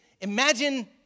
imagine